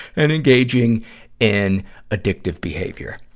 and engaging in addictive behavior.